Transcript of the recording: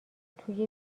توی